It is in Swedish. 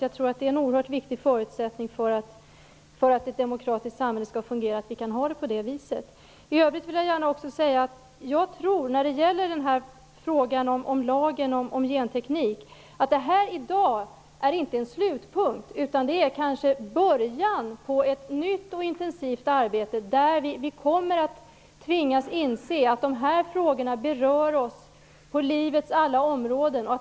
Jag tror att det är en oerhört viktig förutsättning för att ett demokratiskt samhälle skall fungera. I övrigt vill jag gärna säga att jag tror att det beslut som i dag fattas om lagen om genteknik inte är en slutpunkt. Det är kanske början på ett nytt och intensivt arbete där vi kommer att tvingas inse att dessa frågor berör oss på livets alla områden.